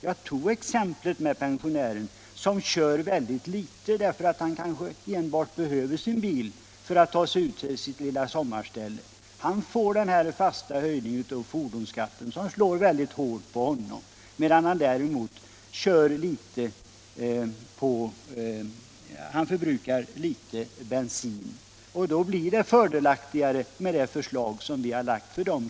Jag tog exemplet med pensionären som kör väldigt litet därför att han kanske enbart behöver bilen för att ta sig ut till sitt lilla sommarställe. Han får den här fasta höjningen av fordonsskatten, som slår mycket hårt mot honom och andra i ungefär samma situation. Däremot förbrukar dessa kategorier bara litet bensin. Då blir det fördelaktigare för dem med det förslag som vi har framlagt.